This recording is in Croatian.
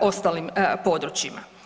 ostalim područjima.